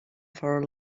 for